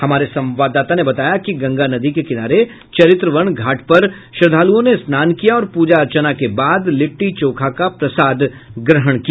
हमारे संवाददाता ने बताया कि कि गंगा नदी के किनारे चरित्रवन घाट पर श्रद्धालुओं ने स्नान किया और पूजा अर्चना के बाद लिट्टी चोखा का प्रसाद ग्रहण किया